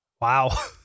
wow